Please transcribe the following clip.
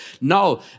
No